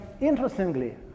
interestingly